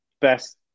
best